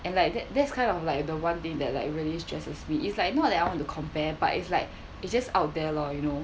and like that that's kind of like the one thing that like stressed out me it's like not that I want to compare but it's like it's just out there lor you know